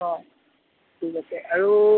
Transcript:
অঁ ঠিক আছে আৰু